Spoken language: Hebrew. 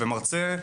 ומרצה,